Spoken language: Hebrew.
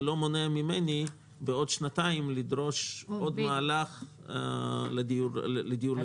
זה לא מונע ממני בעוד שנתיים לדרוש עוד מהלך לדיור ציבורי.